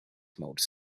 modes